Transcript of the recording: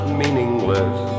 meaningless